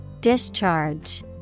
Discharge